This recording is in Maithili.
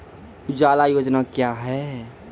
उजाला योजना क्या हैं?